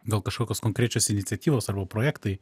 gal kažkokios konkrečios iniciatyvos arba projektai